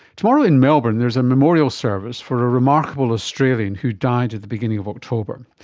tomorrow in melbourne there's a memorial service for a remarkable australian who died at the beginning of october.